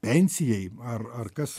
pensijai ar ar kas